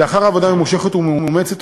לאחר עבודה ממושכת ומאומצת,